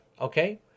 Okay